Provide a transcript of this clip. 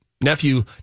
nephew